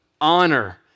honor